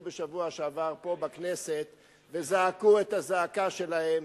בשבוע שעבר פה בכנסת וזעקו את הזעקה שלהם,